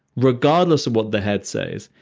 regardless of what the head says.